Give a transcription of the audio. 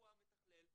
הוא המתכלל.